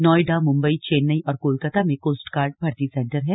नोएडा मुम्बई चेन्नई और कोलकाता में कोस्टगार्ड भर्ती सेंटर हैं